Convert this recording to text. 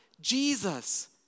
Jesus